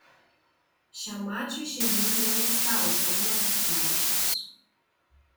šiam mačui šeimininkai neregistravo šarūno jasikevičiaus